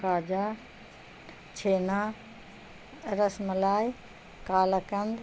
کااجا چھھینا رس ملائی کال کند